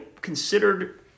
considered